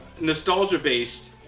nostalgia-based